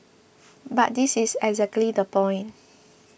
but that is exactly the point